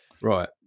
Right